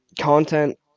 content